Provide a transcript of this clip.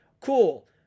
cool